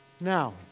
Now